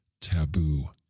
taboo